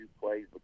plays